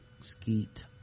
skeet